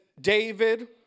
David